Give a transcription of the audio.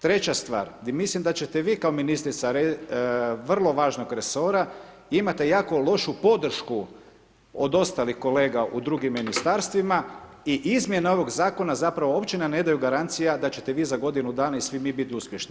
Treća stvar, gdje mislim da ćete vi kao ministrica vrlo važnog resora, imate jako lošu podršku od ostalih kolega u drugim ministarstvima i izmjene ovoga zakona zapravo uopće nam ne daju garanciju da ćete vi za godinu dana i svi mi biti uspješni.